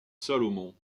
salomon